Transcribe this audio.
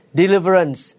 deliverance